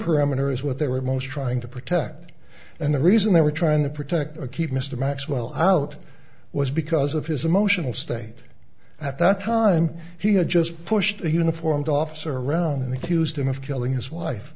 parameter is what they were most trying to protect and the reason they were trying to protect keep mr maxwell out was because of his emotional state at that time he had just pushed a uniformed officer around and accuse him of killing his wife